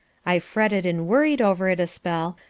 i fretted and worried over it a spell,